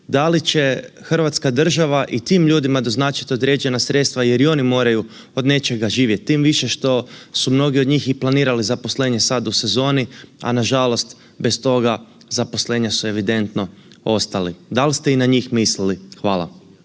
da li će hrvatska država i tim ljudima doznačiti određena sredstva jer i oni moraju od nečega živjeti? Tim više što su mnogi od njih i planirali zaposlenje sad u sezoni, a nažalost bez toga, zaposlenja su evidentno ostali. Da li ste i na njih mislili? Hvala.